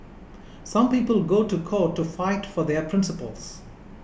some people go to court to fight for their principles